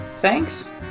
Thanks